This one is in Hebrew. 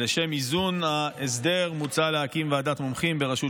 לשם איזון ההסדר מוצע להקים ועדת מומחים בראשות